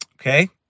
Okay